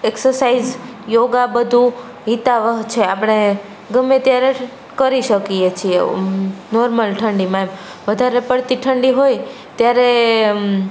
exercise yoga બધું હિતાવહ છે આપણે ગમે ત્યારે કરી શકીએ છીએ નોર્મલ ઠંડીમાં એમ વધારે પડતી ઠંડી હોય ત્યારે